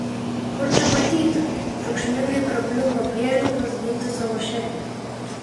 kur čia matyta triukšmingai prapliupo prielipos ginti savo šefę